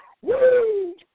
Woo